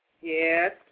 Yes